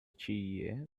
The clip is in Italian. cie